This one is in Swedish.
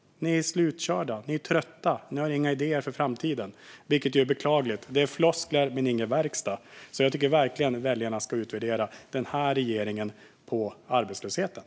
Ni är slutkörda, och ni är trötta. Ni har inga idéer för framtiden, vilket är beklagligt. Det är floskler men ingen verkstad. Jag tycker verkligen att väljarna ska utvärdera den här regeringen på arbetslösheten.